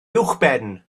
uwchben